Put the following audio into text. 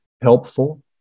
helpful